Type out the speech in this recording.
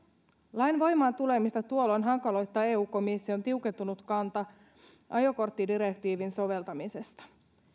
lain voimaantulemista tuolloin hankaloittaa eu komission tiukentunut kanta ajokorttidirektiivin soveltamisesta